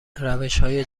روشهای